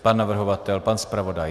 Pan navrhovatel, pan zpravodaj?